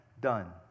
done